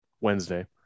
Wednesday